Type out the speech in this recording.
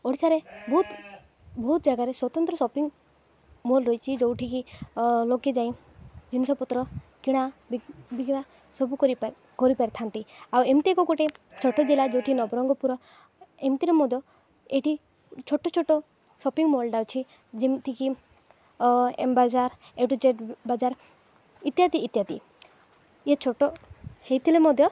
ଓଡ଼ିଶାରେ ବହୁତ ବହୁତ ଜାଗାରେ ସ୍ୱତନ୍ତ୍ର ସପିଂ ମଲ୍ ରହିଛି ଯେଉଁଠିକି ଲୋକେ ଯାଇ ଜିନିଷପତ୍ର କିଣା ବିକା ସବୁ କରି କରିପାରିଥାନ୍ତି ଆଉ ଏମିତି ଏକ ଗୋଟେ ଛୋଟ ଜିଲ୍ଲା ଯେଉଁଠି ନବରଙ୍ଗପୁର ଏମିତିରେ ମଧ୍ୟ ଏଇଠି ଛୋଟ ଛୋଟ ସପିଂ ମଲ୍ଟା ଅଛି ଯେମିତିକି ଏମ୍ ବଜାର ଏଟୁ ଯେଟ୍ ବାଜାର ଇତ୍ୟାଦି ଇତ୍ୟାଦି ଇଏ ଛୋଟ ହେଇଥିଲେ ମଧ୍ୟ